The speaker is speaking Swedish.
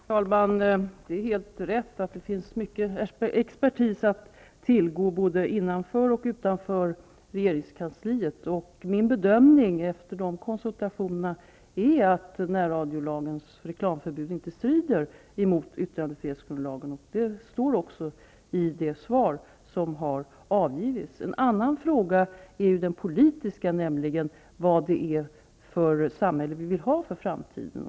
Herr talman! Det är helt rätt att det finns mycket expertis att tillgå både innanför och utanför regeringskansliet. Efter de konsultationer som jag har gjort är min bedömning att närradiolagens reklamförbud inte strider emot yttrandefrihetsgrundlagen, vilket också står att läsa i det svar som jag har avgivit. En annan fråga är den politiska frågan, nämligen vad det är för samhälle vi vill ha i framtiden.